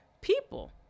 people